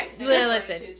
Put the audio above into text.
listen